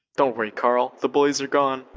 don't worry karl, the bullies are gone.